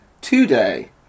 today